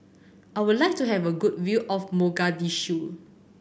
I would like to have a good view of Mogadishu